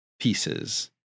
pieces